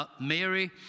Mary